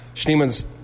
Schneeman's